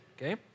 okay